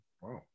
Wow